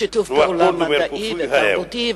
בשיתוף פעולה מדעי ותרבותי,